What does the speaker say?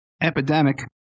Epidemic